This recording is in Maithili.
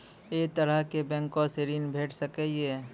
ऐ तरहक बैंकोसऽ ॠण भेट सकै ये?